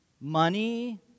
money